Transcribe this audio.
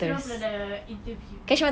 dia orang pernah ada interview